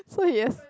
so he